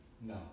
No